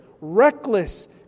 reckless